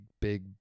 big